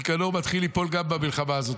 ניקנור מתחיל ליפול גם במלחמה הזאת,